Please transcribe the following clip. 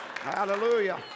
Hallelujah